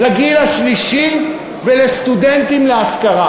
לגיל השלישי ולסטודנטים להשכרה.